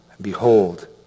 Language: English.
behold